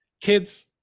Kids